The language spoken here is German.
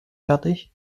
fertig